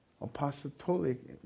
apostolic